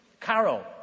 Carol